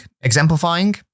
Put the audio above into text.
exemplifying